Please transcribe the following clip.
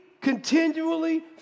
continually